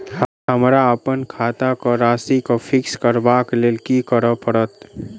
हमरा अप्पन खाता केँ राशि कऽ फिक्स करबाक लेल की करऽ पड़त?